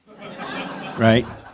right